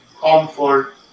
comfort